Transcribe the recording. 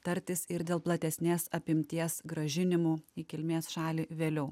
tartis ir dėl platesnės apimties grąžinimo į kilmės šalį vėliau